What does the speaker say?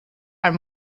are